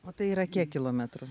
o tai yra kiek kilometrų